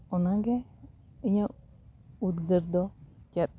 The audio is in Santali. ᱚᱱᱟᱜᱮ ᱤᱧᱟᱹᱜ ᱩᱫᱽᱜᱟᱹᱨ ᱫᱚ ᱪᱮᱫ